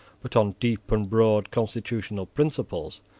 but on deep and broad constitutional principles,